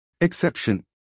Exception